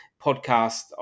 podcast